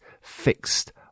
fixed